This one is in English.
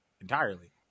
entirely